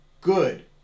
good